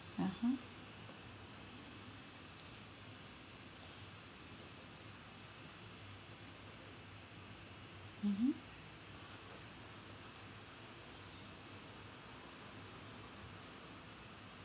(uh huh) mmhmm